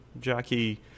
Jackie